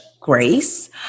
grace